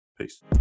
Peace